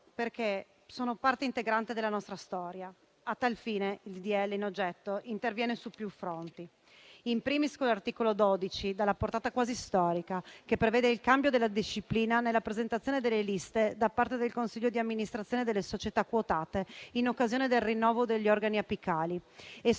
perché sono parte integrante della nostra storia. A tal fine, il disegno di legge in oggetto interviene su più fronti: *in primis* con l'articolo 12, dalla portata quasi storica, che prevede il cambio della disciplina nella presentazione delle liste da parte del consiglio di amministrazione delle società quotate in occasione del rinnovo degli organi apicali. Esso